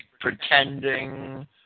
pretending